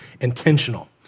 intentional